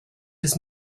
his